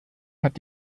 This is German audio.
hat